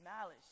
malice